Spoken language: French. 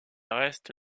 reste